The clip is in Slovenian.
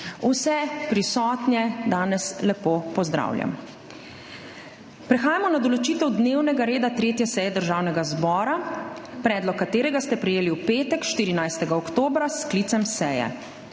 Vse prisotne danes lepo pozdravljam! Prehajamo na določitev dnevnega reda 3. seje Državnega zbora, predlog katerega ste prejeli v petek, 14. oktobra, s sklicem seje.